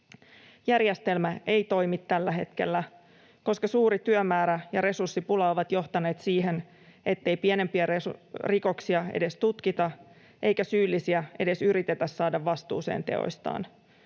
Järjestelmä ei toimi tällä hetkellä, koska suuri työmäärä ja resurssipula ovat johtaneet siihen, ettei pienempiä rikoksia edes tutkita eikä syyllisiä edes yritetä saada vastuuseen teoistaan.